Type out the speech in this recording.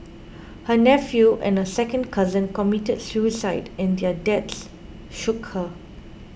her nephew and a second cousin committed suicide and their deaths shook her